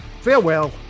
Farewell